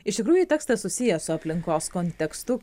iš tikrųjų tekstas susijęs su aplinkos kontekstu